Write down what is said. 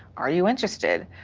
are you interested?